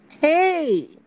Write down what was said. Hey